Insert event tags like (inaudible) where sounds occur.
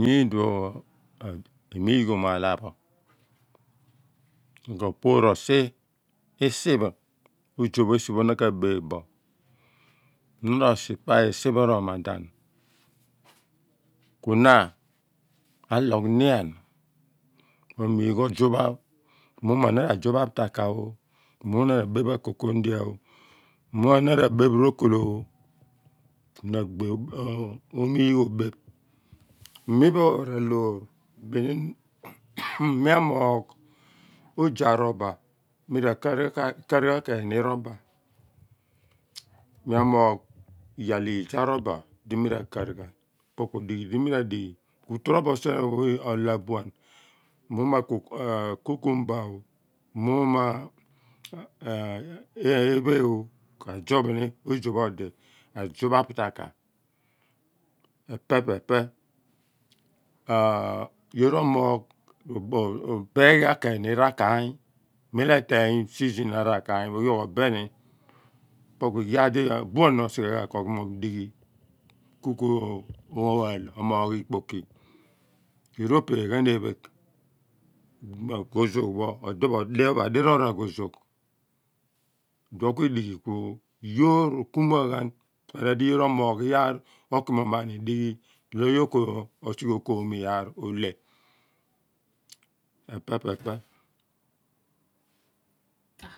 (unintelligible) e migbom alah pho kw phoor osi isi pah esi pho na ka baph bo (unintelligible) ku na awogh nian kuna a miigh ojup amuu mor na ra jup a takah ma na ra baph a coco inidia ooh mo na ra baap ro coloh ku na aghi omiigh ohaph mi pho raloor mia mvogh ojo arubba mi rakar ghn keeng ni rubber mia moog iyaal lijo a rubber ah mi rakaar ghan cu cumber ephe oh mi ra jup ni a jup ataka epe pe-pe (hesitation) mira beeghi ghan keeny raka any mem loor ete eny season a rakainy yoor ro beghi gha ni epe ki yiaar di a buan osighe kw ghi mom ohghi (unintelligible) ku ko moogh ikpokiki young ro pee ghan ephegh mem a ghozoogh pho die pho adiroor agho zoogh. iduon ki dighi ku yoor ro ku muan ghan reedi yoor omoogh iyaar oki moom ani dighi lo yoor ko sighe okoom ma ni iyaar oleh epe pe pe